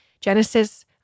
Genesis